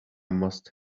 must